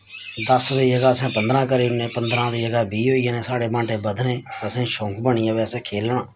दस दी जगह् असें पंदरां करी ओड़ने पंदरां दी जगह् बीह् होई जाने साढ़े बांह्टे बधने असेंगी शौंक बनी गेआ ते असें खेलना